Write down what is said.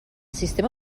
sistema